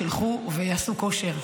שילכו ויעשו כושר,